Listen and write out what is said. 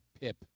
pip